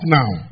now